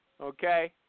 Okay